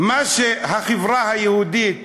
מה שהחברה היהודית